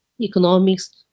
economics